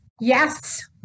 Yes